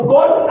God